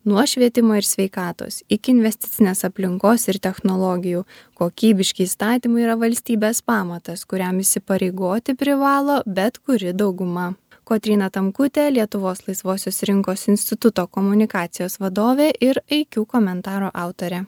nuo švietimo ir sveikatos iki investicinės aplinkos ir technologijų kokybiški įstatymai yra valstybės pamatas kuriam įsipareigoti privalo bet kuri dauguma kotryna tamkutė lietuvos laisvosios rinkos instituto komunikacijos vadovė ir iq komentaro autorė